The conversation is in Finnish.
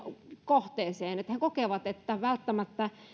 kohteeseen he kokevat että välttämättä